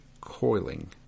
coiling